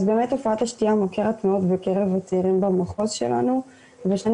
אז באמת תופעת השתייה מוכרת מאוד בקרב הצעירים במחוז שלנו ובשנים